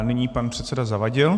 Nyní pan předseda Zavadil.